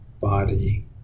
body